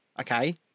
okay